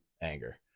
anger